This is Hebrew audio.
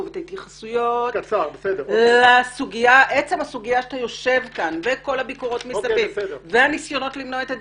התייחסויות לעצם הסוגיה שאתה יושב כאן והניסיונות למנוע זאת,